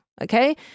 okay